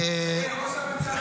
תראה, לראש הממשלה